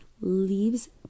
leaves